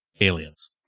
aliens